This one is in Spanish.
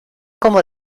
como